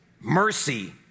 mercy